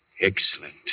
Excellent